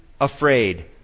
afraid